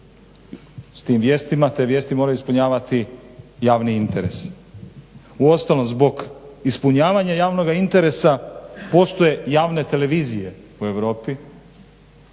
S tim vijestima, te vijesti moraju ispunjavati javni interes. Uostalom zbog ispunjavanja javnoga interesa postoje javne televizije u Europi